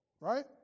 Right